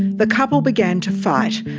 the couple began to fight,